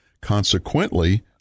Consequently